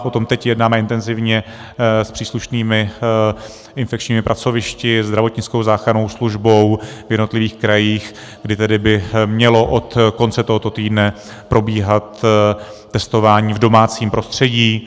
O tom teď jednáme intenzivně s příslušnými infekčními pracovišti, zdravotnickou záchrannou službou v jednotlivých krajích, kdy tedy by mělo od konce tohoto týdne probíhat testování v domácím prostředí.